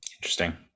Interesting